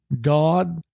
God